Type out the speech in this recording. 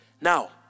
Now